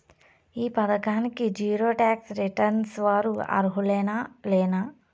ఈ పథకానికి zero tax returns వారు అర్హులేనా లేనా?